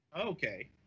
Okay